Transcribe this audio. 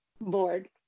board